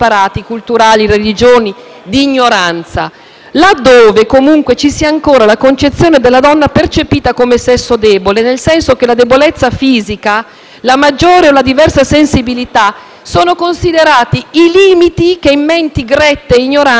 là dove comunque ci sia ancora la concezione della donna percepita sesso debole, nel senso che la debolezza fisica, la maggiore o la diversa sensibilità sono considerati i limiti che, in menti grette e ignoranti, rendono lecite azioni spregevoli nei loro confronti.